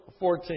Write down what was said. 14